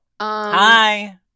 Hi